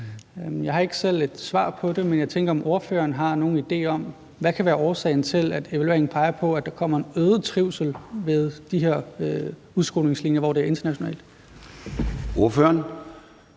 Jeg har ikke selv et svar på det, men jeg tænker på, om ordføreren har nogen idé om, hvad årsagen kan være til, at evalueringen peger på, at der kommer en øget trivsel i de her udskolingslinjer, hvor det er internationalt. Kl.